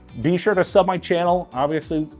be sure to sub my channel. obviously,